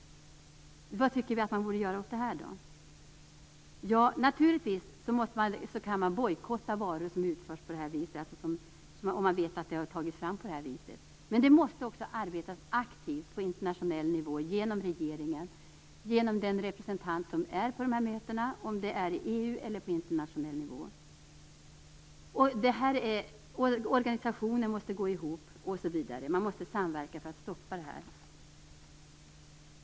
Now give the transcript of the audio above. Vad tycker vi att man borde göra åt det här då? Ja, naturligtvis kan man bojkotta varor som man vet produceras på det här viset, men det måste också arbetas aktivt på internationell nivå av regeringen genom den representant som är på mötena, oavsett om det är inom EU eller på internationell nivå. Organisationer måste gå ihop osv. Man måste samverka för att stoppa detta.